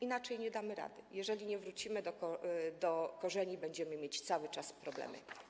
Inaczej nie damy rady, jeżeli nie wrócimy do korzeni, będziemy mieć cały czas problemy.